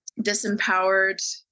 disempowered